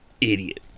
Idiot